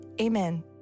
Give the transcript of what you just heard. Amen